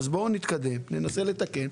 בואו נתקדם וננסה לתקן,